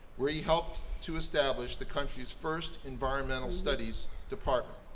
where he helped to establish the country's first environmental studies department.